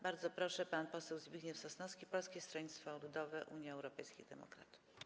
Bardzo proszę, pan poseł Zbigniew Sosnowski, Polskie Stronnictwo Ludowe - Unia Europejskich Demokratów.